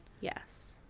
yes